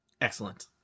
Excellent